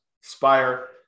Spire